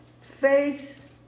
face